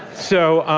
so,